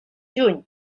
juny